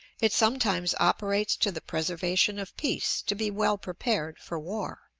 it sometimes operates to the preservation of peace to be well prepared for war.